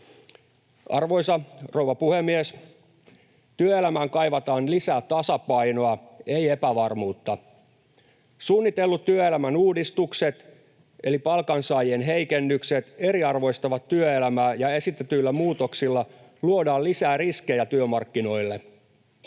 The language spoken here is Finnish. Arvoisa rouva puhemies! Työelämään kaivataan lisää tasapainoa, ei epävarmuutta. Suunnitellut työelämän uudistukset — eli palkansaajien heikennykset — eriarvoistavat työelämää, ja esitetyillä muutoksilla luodaan lisää riskejä työmarkkinoille.